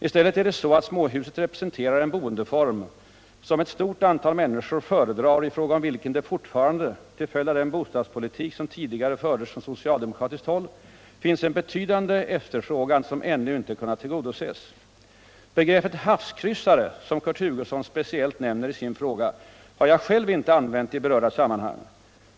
I stället är det så att småhuset representerar en boendeform, som ct stort antal människor föredrar och i fråga om vilken det fortfarande, till följd av den bostadspolitik som tidigare fördes från socialdemokratiskt håll, finns en betydande efterfrågan som ännu inte kunnat tillgodoses. Begreppet haävskryssare, som Kurt Hugosson speciellt nämner i sin fråga, har jag själv inte använt i berörda sammanhang.